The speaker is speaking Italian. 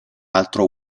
altro